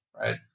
right